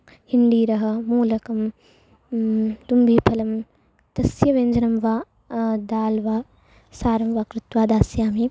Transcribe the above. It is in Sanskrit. हिण्डीरः मूलकं तुण्डिफलं तस्य व्यञ्जनं वा दाल्वा सारं वा कृत्वा दास्यामि